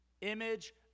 image